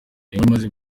imaze